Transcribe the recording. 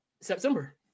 September